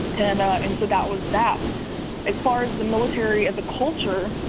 and. and so that was that as far as the military, as a culture,